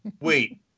wait